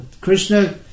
Krishna